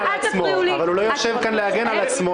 הוא לא יושב כאן להגן על עצמו.